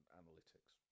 analytics